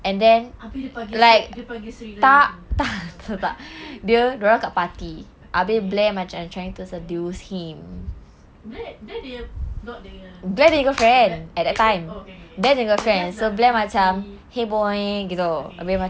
abeh dia panggil ser~ dia panggil serena yang itu oh tak eh okay blair blair dia punya not dia punya oh okay okay okay okay